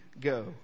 go